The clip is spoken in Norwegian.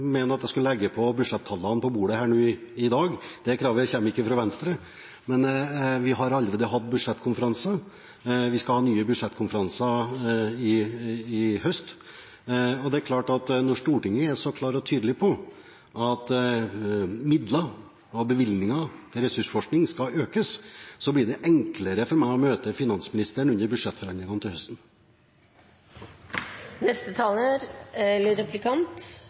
skulle legge budsjettallene på bordet her nå i dag. Det kravet kommer ikke fra Venstre. Men vi har allerede hatt budsjettkonferanse. Vi skal ha nye budsjettkonferanser til høsten, og det er klart at når Stortinget er så klar og tydelig på at midler, bevilgninger til ressursforskning skal økes, så blir det enklere for meg å møte finansministeren under budsjettforhandlingene til høsten.